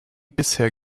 bisher